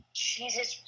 jesus